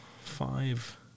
five